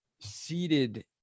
seated